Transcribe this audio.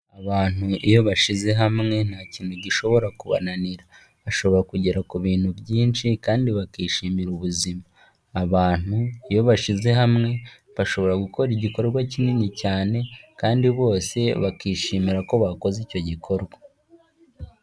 Abantu iyo bashyize hamwe nta kintu gishobora kubananira, bashobora kugera ku bintu byinshi kandi bakishimira ubuzima, abantu iyo bashyize hamwe bashobora gukora igikorwa kinini cyane kandi bose bakishimira ko bakoze icyo gikorwa.